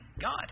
God